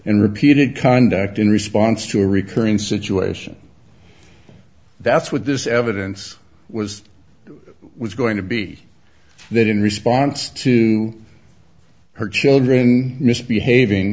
and repeated conduct in response to a recurring situation that's what this evidence was that was going to be that in response to her children misbehaving